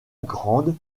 grande